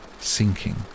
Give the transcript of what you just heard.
sinking